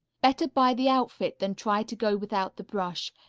better buy the outfit than try to go without the brush,